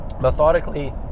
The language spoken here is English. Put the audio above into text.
methodically